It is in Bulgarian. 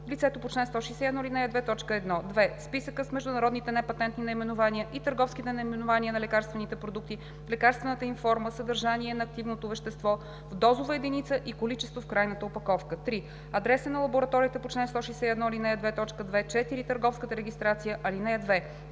лицето по чл. 161, ал. 2, т. 1; 2. списъка с международните непатентни наименования и търговските наименования на лекарствените продукти, лекарствената им форма, съдържание на активното вещество в дозова единица и количество в крайната опаковка; 3. адреса на лабораторията по чл. 161, ал. 2, т. 2; 4. търговската регистрация.